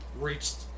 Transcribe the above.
reached